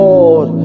Lord